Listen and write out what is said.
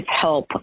help